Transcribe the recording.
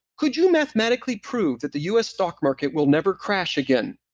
could you mathematically prove that the us stock market will never crash again?